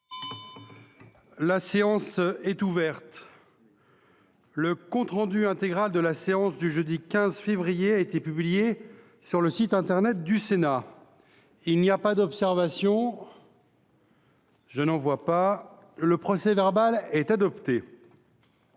La séance est ouverte. Le compte rendu intégral de la séance du jeudi 15 février 2024 a été publié sur le site internet du Sénat. Il n’y a pas d’observation ?… Le procès verbal est adopté.